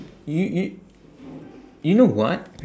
y~ y~ you know what